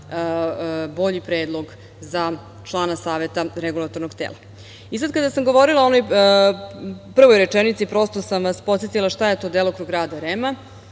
bolji predlog za člana Saveta regulatornog tela. Sada, kada sam govorila o onoj prvoj rečenici, prosto sam vas podsetila šta je to delokrug rada REM-a.